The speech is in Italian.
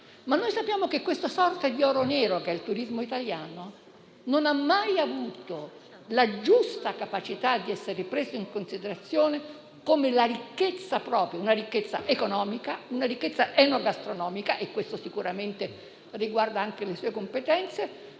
ma noi sappiamo che questa sorta di oro nero, che è il turismo italiano, non è mai riuscito ad essere preso in giusta considerazione come la ricchezza propria del Paese, una ricchezza economica, una ricchezza enogastronomica - e questo sicuramente riguarda anche le sue competenze